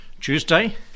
Tuesday